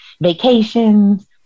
vacations